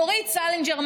דורית סלינג'ר,